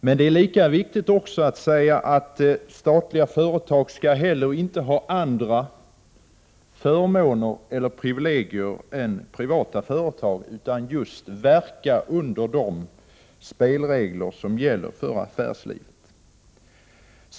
Men det är lika viktigt att säga att statliga företag inte skall ha andra förmåner eller privilegier än privata företag. De skall verka enligt de spelregler som gäller för affärslivet.